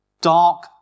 Dark